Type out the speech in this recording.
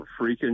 freaking